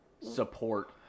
support